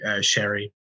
sherry